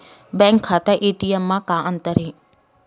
Bank खाता ATM मा का अंतर हे?